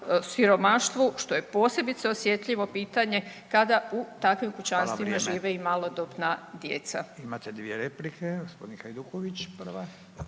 siromaštvu što je posebice osjetljivo pitanje kada u takvim kućanstvima žive i malodobna djeca. **Radin, Furio (Nezavisni)** Hvala.